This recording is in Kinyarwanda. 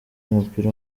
w’umupira